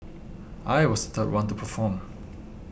I was third one to perform